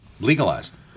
legalized